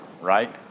right